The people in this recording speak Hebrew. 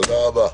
תודה רבה.